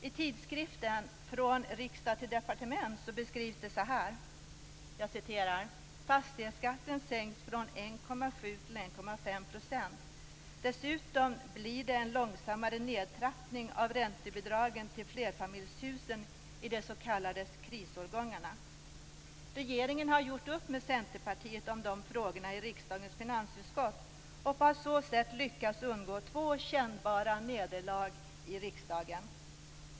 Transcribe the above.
I tidskriften Från Riksdag & Departement beskrivs det så här: "Fastighetsskatten sänks - från 1,7 till 1,5 procent. Dessutom blir det en långsammare nedtrappning av räntebidragen till flerfamiljshusen i de så kallade krisårgångarna. Regeringen har gjort upp med centerpartiet om dessa frågor i riksdagens finansutskott och har på så sätt lyckats undgå två kännbara nederlag i riksdagen.